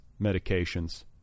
medications